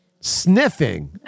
Sniffing